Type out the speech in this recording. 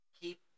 keep